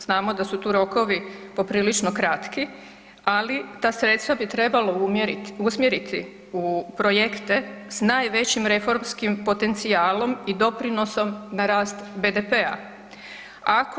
Znamo da su tu rokovi poprilično kratki, ali ta sredstva bi trebalo usmjeriti u projekte s najvećim reformskim potencijalom i doprinosom na rast BDP-a.